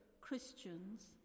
Christians